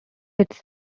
its